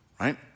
right